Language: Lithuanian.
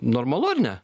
normalu ar ne